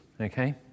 okay